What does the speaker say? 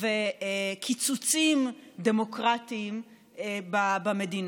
וקיצוצים דמוקרטיים במדינה,